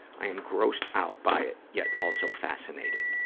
i'm grossed out by it, yet also fascinated.